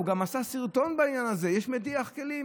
הוא גם עשה סרטון בעניין הזה: יש מדיח כלים,